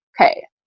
okay